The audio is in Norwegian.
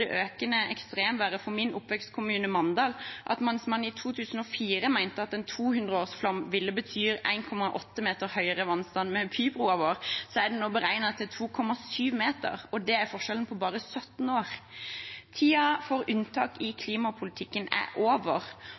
økende ekstremværet for min oppvekstkommune Mandal at mens man i 2004 mente at en 200-årsflom ville bety 1,8 meter høyere vannstand ved bybrua vår, er det nå beregnet til 2,7 meter – og det er forskjellen på bare 17 år. Tiden for unntak i klimapolitikken er over,